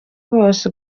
bose